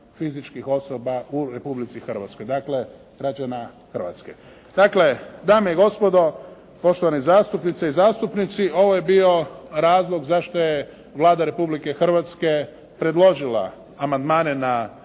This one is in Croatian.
fizičkih osoba u Republici Hrvatskoj dakle građana Hrvatske. Dakle, dame i gospodo, poštovane zastupnice i zastupnici, ovo je bio razlog zašto je Vlada Republike Hrvatske predložila amandmane na